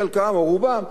חלקם או רובם,